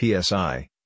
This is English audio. PSI